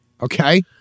Okay